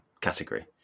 category